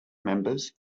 members